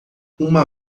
uma